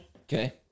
Okay